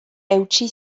eutsi